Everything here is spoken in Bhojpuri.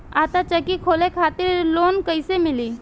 आटा चक्की खोले खातिर लोन कैसे मिली?